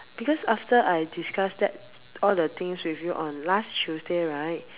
because after I discuss that all the things with you on last Tuesday right